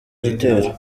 gitero